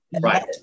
Right